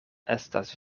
estas